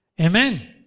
Amen